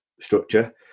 structure